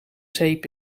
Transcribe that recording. zeep